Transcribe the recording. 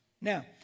Now